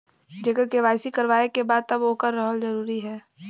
जेकर के.वाइ.सी करवाएं के बा तब ओकर रहल जरूरी हे?